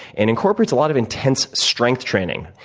and incorporates a lot of intense strength training,